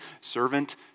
Servant